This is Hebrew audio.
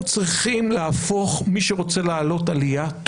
מי שרוצה לעלות עלייה,